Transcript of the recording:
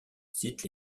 cite